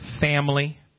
family